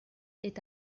est